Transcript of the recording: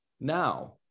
now